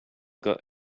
got